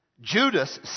Judas